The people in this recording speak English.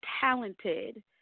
talented